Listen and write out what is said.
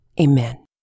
Amen